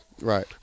Right